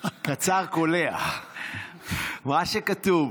קצר, קולע, מה שכתוב.